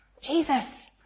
Jesus